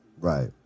Right